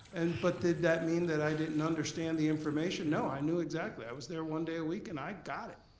and but did that mean that i didn't understand the information? no, i knew exactly. i was there one day a week, and i got it.